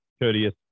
courteous